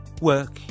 Work